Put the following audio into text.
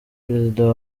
perezida